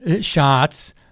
shots